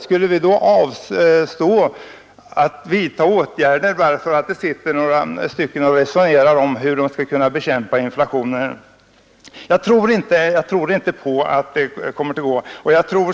Skall vi då avstå från att vidta åtgärder bara för att det sitter några och diskuterar hur de skall kunna bekämpa inflationen? Jag tror inte det vore möjligt.